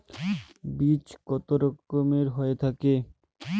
বীজ কত রকমের হয়ে থাকে?